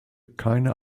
keine